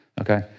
Okay